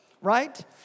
right